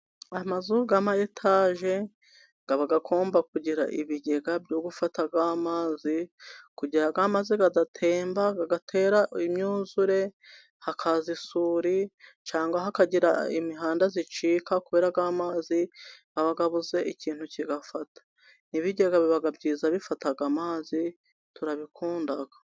Amazu y'ama etaje aba angomba kugira ibigega byo gufata amazi. Kugira ngo y'amazi adatemba agatera imyuzure hakaza isuri, cyangwa hakagira imihanda icika, kubera amazi yabuze ikintu kiyafata. Ibigega biba byiza bifata amazi turabikunda.